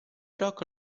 rock